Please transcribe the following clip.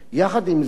עם זאת,